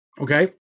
Okay